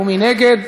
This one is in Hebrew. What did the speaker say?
מי נגד?